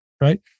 right